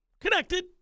connected